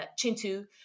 Chintu